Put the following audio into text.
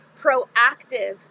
proactive